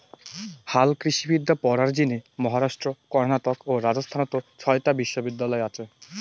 হালকৃষিবিদ্যা পড়ার জিনে মহারাষ্ট্র, কর্ণাটক ও রাজস্থানত ছয়টা বিশ্ববিদ্যালয় আচে